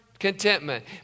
Contentment